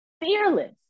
fearless